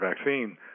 vaccine